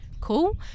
cool